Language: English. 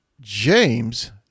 James